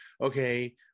Okay